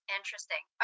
interesting